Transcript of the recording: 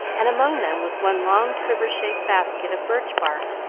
and among them was one long quiver-shaped basket of birch bark,